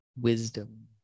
wisdom